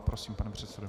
Prosím, pane předsedo.